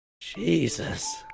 Jesus